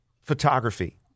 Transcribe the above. photography